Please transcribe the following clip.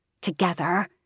together